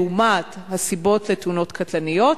לעומת הסיבות לתאונות קטלניות,